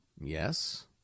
Yes